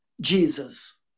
Jesus